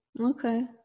okay